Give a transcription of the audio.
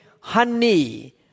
Honey